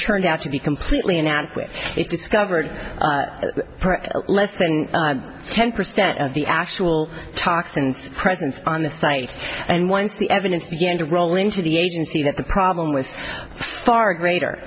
turned out to be completely inadequate it discovered less than ten percent of the actual toxins presence on the site and once the evidence began to roll into the agency the problem with far greater